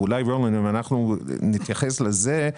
אולי אם גם אנחנו נתייחס לזה,